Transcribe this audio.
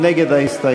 מי נגד ההסתייגות?